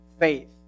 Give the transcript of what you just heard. faith